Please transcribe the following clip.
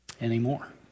anymore